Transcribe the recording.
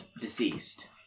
deceased